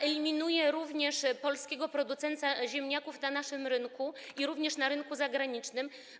To eliminuje polskiego producenta ziemniaków na naszym rynku i również na rynku zagranicznym.